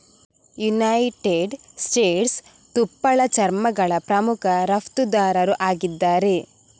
United States ತುಪ್ಪಳ ಚರ್ಮಗಳ ಪ್ರಮುಖ ರಫ್ತುದಾರರು ಆಗಿದ್ದಾರೆ